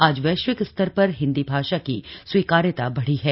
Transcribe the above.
आज वैश्विक स्तर पर हिन्दी भाषा की स्वीकार्यता बढ़ी है